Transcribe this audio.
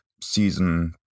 season